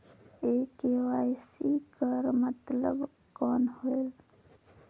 ये के.वाई.सी कर मतलब कौन होएल?